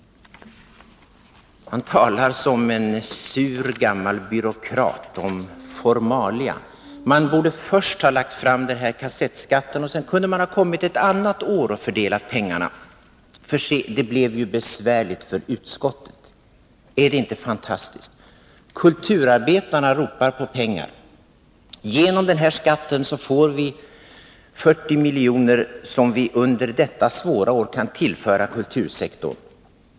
Han talar som en sur gammal byråkrat om formalia: Man borde först ha lagt fram förslaget om kassettskatten, och sedan kunde man ett annat år ha fördelat pengarna, för se, det blev ju besvärligt för utskottet. Är det inte fantastiskt? Kulturarbetarna ropar på pengar. Genom den här skatten får vi 40 miljoner, som vi under detta svåra år kan tillföra kultursektorn.